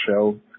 show